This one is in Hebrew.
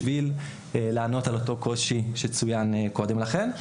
בשביל לענות על אותו קושי שצוין קודם לכן.